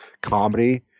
comedy